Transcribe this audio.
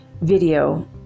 video